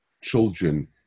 children